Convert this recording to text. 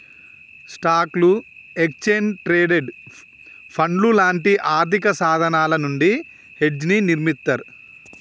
స్టాక్లు, exchange traded ఫండ్లు లాంటి ఆర్థికసాధనాల నుండి హెడ్జ్ని నిర్మిత్తర్